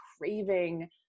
craving